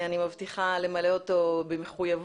אני מבטיחה למלא אותו במחויבות,